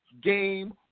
Game